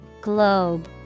Globe